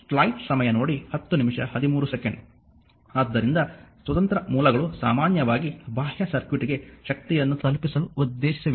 ಆದ್ದರಿಂದ ಸ್ವತಂತ್ರ ಮೂಲಗಳು ಸಾಮಾನ್ಯವಾಗಿ ಬಾಹ್ಯ ಸರ್ಕ್ಯೂಟ್ಗೆ ಶಕ್ತಿಯನ್ನು ತಲುಪಿಸಲು ಉದ್ದೇಶಿಸಿವೆ